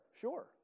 Sure